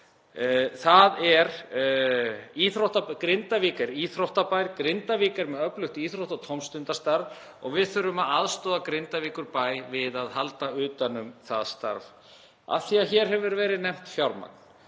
er íþróttabær, Grindavík er með öflugt íþrótta- og tómstundastarf og við þurfum að aðstoða Grindavíkurbæ við að halda utan um það starf. Hér hefur verið nefnt fjármagn